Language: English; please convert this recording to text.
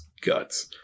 guts